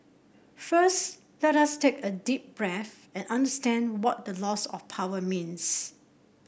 first let us take a deep breath and understand what the loss of power means